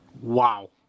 Wow